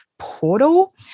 portal